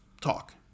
talk